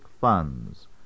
funds